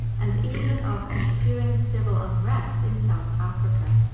and even of ensuing civil unrest in south africa.